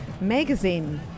Magazine